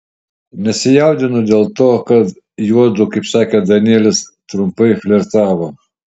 nesijaudinu dėl to kad juodu kaip sakė danielis trumpai flirtavo